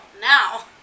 Now